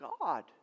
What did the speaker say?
God